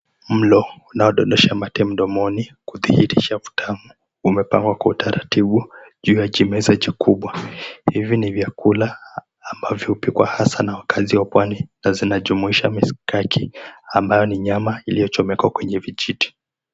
Mlo unaodondosha mate mdomoni, ukidhihirisha utamu, umepangwa kwa utaratibu juu ya chimeza chikubwa. Hii ni vyakula ambavyo hupikwa hasa na wakazi wa pwani na inajumuisha mishikaki ambayo ni nyama iliyomeka kwenye vijiti.